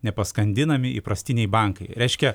nepaskandinami įprastiniai bankai reiškia